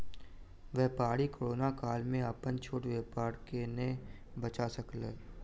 व्यापारी कोरोना काल में अपन छोट व्यापार के नै बचा सकल